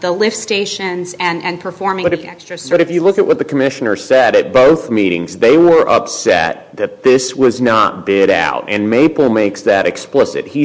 the live stations and performing it extra so if you look at what the commissioner said it both meetings they were upset that this was no bid out and maple makes that explicit he